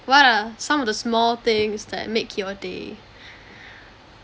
what are some of the small things that make your day